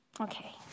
Okay